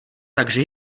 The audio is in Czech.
takže